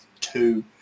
two